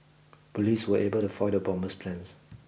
police were able to foil the bomber's plans